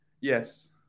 yes